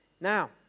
Now